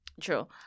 True